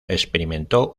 experimentó